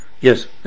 Yes